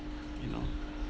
you know